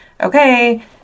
okay